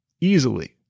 easily